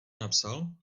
napsal